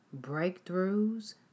breakthroughs